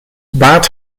baat